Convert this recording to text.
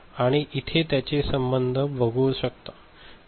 आणि इथे त्यांचे संबंध बघू शकता